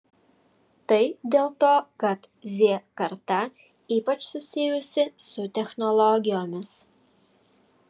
tai dėl to kad z karta ypač susijusi su technologijomis